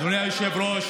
אדוני היושב-ראש,